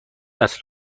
است